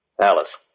Alice